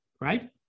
right